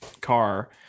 car